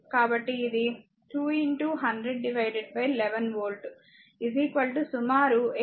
కాబట్టి ఇది 2 100 11 వోల్ట్ సుమారు 18